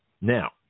Now